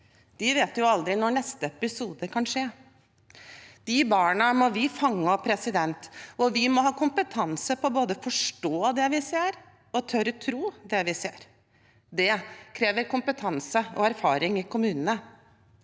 De vet jo aldri når neste episode kan skje. De barna må vi fange opp, og vi må både ha kompetanse til å forstå det vi ser, og tørre å tro det vi ser. Det krever kompetanse og erfaring i kommunene.